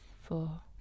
four